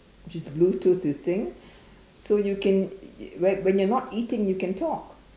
just bluetooth you think so you can when when you are not eating you can talk